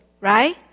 right